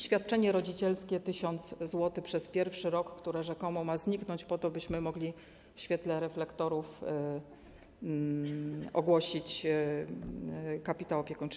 Świadczenie rodzicielskie 1000 zł przez pierwszy rok, które rzekomo ma zniknąć, po to byśmy mogli w świetle reflektorów ogłosić kapitał opiekuńczy.